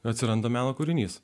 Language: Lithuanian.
atsiranda meno kūrinys